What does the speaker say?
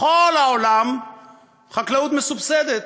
בכל העולם החקלאות מסובסדת,